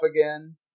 again